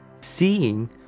Seeing